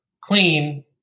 clean